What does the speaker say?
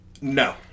No